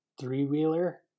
three-wheeler